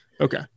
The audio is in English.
Okay